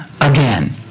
again